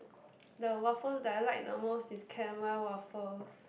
the waffles that I like the most is caramel waffles